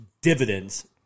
dividends